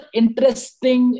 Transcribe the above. interesting